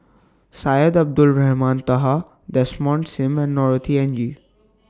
Syed Abdulrahman Taha Desmond SIM and Norothy Ng